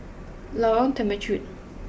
Lorong Temechut